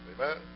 Amen